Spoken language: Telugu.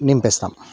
నింపి వేస్తాము